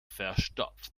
verstopft